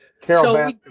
Carol